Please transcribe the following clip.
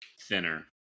Thinner